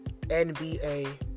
nba